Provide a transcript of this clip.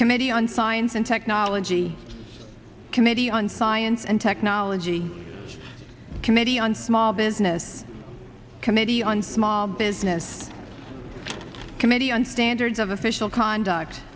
committee on science and technology committee on science and technology committee on small business committee on small business committee on standards of official conduct